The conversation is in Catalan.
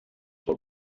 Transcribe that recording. vol